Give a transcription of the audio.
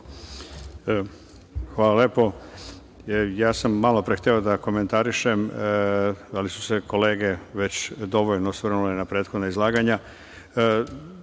Hvala lepo. Malopre sam hteo da komentarišem, ali su se kolege već dovoljno osvrnule na prethodna izlaganja.